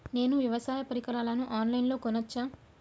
నేను వ్యవసాయ పరికరాలను ఆన్ లైన్ లో కొనచ్చా?